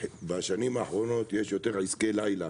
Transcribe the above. בשנים האחרונות יש בשוק מחנה יהודה יותר עסקי לילה.